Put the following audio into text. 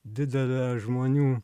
didelę žmonių